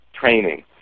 training